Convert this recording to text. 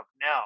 now